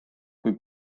kui